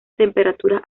temperaturas